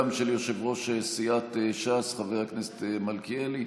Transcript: גם של יושב-ראש סיעת ש"ס חבר הכנסת מלכיאלי,